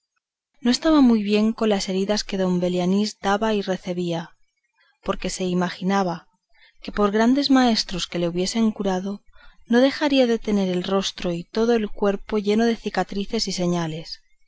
no estaba muy bien con las heridas que don belianís daba y recebía porque se imaginaba que por grandes maestros que le hubiesen curado no dejaría de tener el rostro y todo el cuerpo lleno de cicatrices y señales